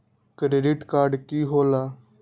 Credit card की होला?